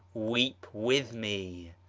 weep with me.